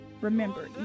Remember